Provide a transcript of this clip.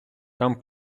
там